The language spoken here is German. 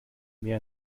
mehr